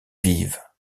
vive